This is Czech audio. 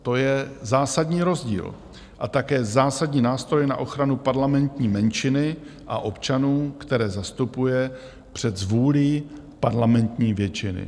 To je zásadní rozdíl a také zásadní nástroj na ochranu parlamentní menšiny a občanů, které zastupuje před zvůlí parlamentní většiny.